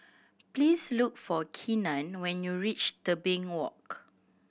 please look for Keenan when you reach Tebing Walk